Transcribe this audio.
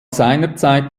seinerzeit